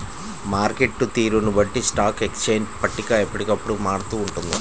market తీరును బట్టి stock exchange పట్టిక ఎప్పటికప్పుడు మారుతూ ఉంటుంది